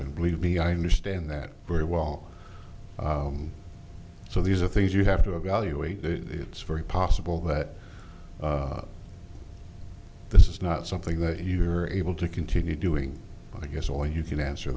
to believe me i understand that very well so these are things you have to evaluate the it's very possible that this is not something that you're able to continue doing but i guess all you can answer